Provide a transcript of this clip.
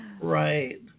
Right